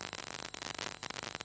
Grazie,